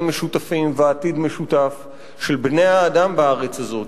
משותפים ועתיד משותף של בני-האדם בארץ הזאת,